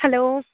hello